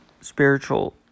spiritual